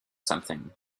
something